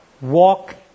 Walk